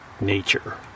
nature